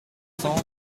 cents